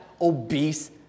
obese